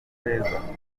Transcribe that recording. heza